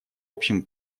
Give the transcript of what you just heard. общем